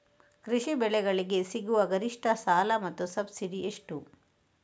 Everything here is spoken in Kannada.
ಕೃಷಿ ಬೆಳೆಗಳಿಗೆ ಸಿಗುವ ಗರಿಷ್ಟ ಸಾಲ ಮತ್ತು ಸಬ್ಸಿಡಿ ಎಷ್ಟು?